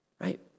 Right